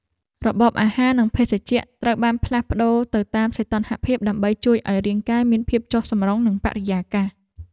របបអាហារ និងភេសជ្ជៈត្រូវបានផ្លាស់ប្តូរទៅតាមសីតុណ្ហភាពដើម្បីជួយឱ្យរាងកាយមានភាពចុះសម្រុងនឹងបរិយាកាស។